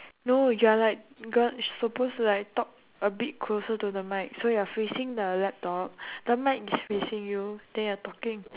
no you are like god you suppose to like talk a bit closer to the mic so you're facing the laptop the mic is facing you then you're talking